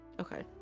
Okay